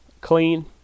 clean